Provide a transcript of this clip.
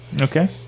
Okay